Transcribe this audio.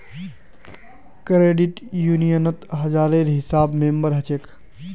credit यूनियनत हजारेर हिसाबे मेम्बर हछेक